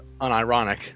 unironic